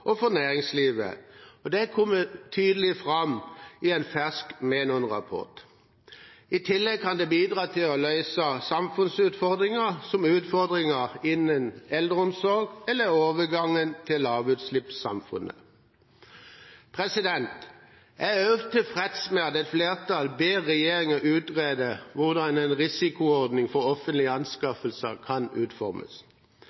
og for næringslivet, og det kommer tydelig fram i en fersk Menon-rapport. I tillegg kan det bidra til å løse store samfunnsutfordringer, som utfordringer innen eldreomsorgen eller overgangen til lavutslippssamfunnet. Jeg er også tilfreds med at et flertall ber regjeringen utrede hvordan en risikoordning for offentlige